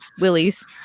willies